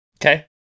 Okay